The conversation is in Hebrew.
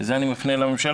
ואת זה אני מפנה אל הממשלה.